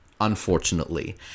unfortunately